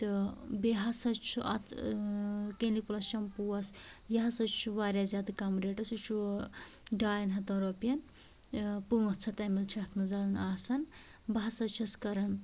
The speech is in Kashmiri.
تہٕ بیٚیہِ ہَسا چھُ اَتھ کٕلنِک پُلس شپوٗوہَس یہِ ہَسا چھُ وارِیاہ زیادٕ کَم ریٹس یہِ چھُ ڈاین ہَتن رۄپین پٲنٛژھ ہتھ ایم ایل چھِ اَتھ منٛز آسان بہٕ ہَسا چھَس کَران